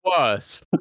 worse